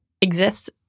exists